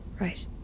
Right